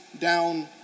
down